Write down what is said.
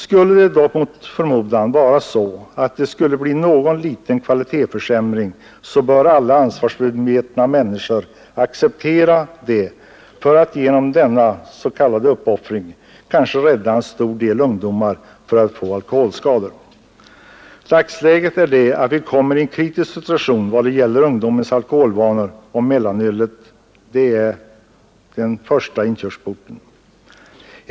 Skulle det mot förmodan bli någon liten kvalitetsförsämring, så bör alla ansvarsmedvetna människor acceptera det, eftersom de genom denna s.k. uppoffring kanske räddar många ungdomar från att få alkoholskador. Dagsläget är det att vi kommit i en kritisk situation i vad gäller ungdomens alkoholvanor, och mellanölet är inkörsporten.